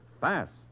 fast